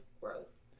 gross